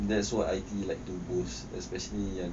that's what I_T_E like to boost especially ya